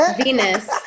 Venus